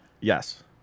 Yes